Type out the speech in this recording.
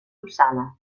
upsala